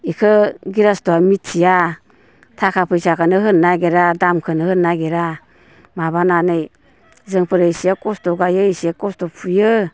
बेखौ ग्रिहस्थ'आ मिथिया थाखा फैसाखोनो होनो नागिरा दामखौनो होनो नागुरा माबानानै जोंफोरो एसे खस्थ' गायो एसे खस्थ' फुयो